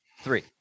Three